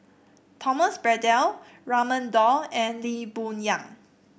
Thomas Braddell Raman Daud and Lee Boon Yang